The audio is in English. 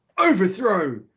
Overthrow